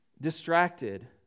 distracted